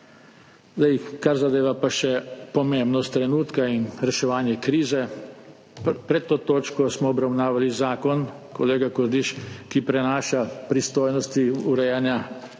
Kar pa zadeva pomembnost trenutka in reševanje krize. Pred to točko smo obravnavali zakon, kolega Kordiš, ki prenaša pristojnosti urejanja verskih